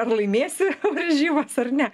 ar laimėsi varžybas ar ne